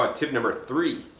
ah tip number three?